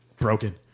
broken